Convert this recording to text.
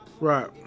Right